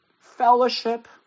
fellowship